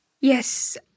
Yes